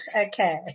okay